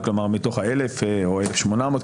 מתוך ה-1,000 או 1,800,